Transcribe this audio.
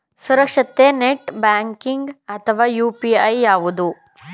ಸುರಕ್ಷಿತ net banking ಅಥವಾ UPI ಯಾವುದು?